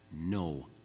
No